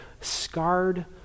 scarred